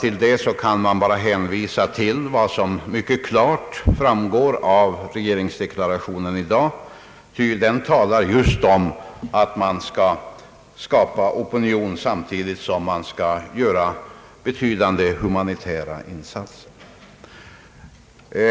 I den frågan kan jag bara hänvisa till vad som mycket klart framgår av regeringsdeklarationen i dag, ty den talar just om att man skall skapa opinion samtidigt som man skall göra betydande humanitära insatser.